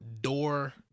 door